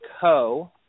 co